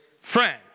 friend